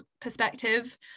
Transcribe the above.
perspective